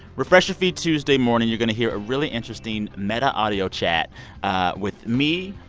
refresh your feed tuesday morning. you're going to hear a really interesting meta audio chat with me,